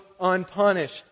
unpunished